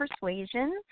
persuasion